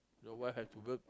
your wife have to work